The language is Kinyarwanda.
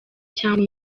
cyangwa